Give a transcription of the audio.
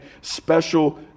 special